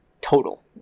total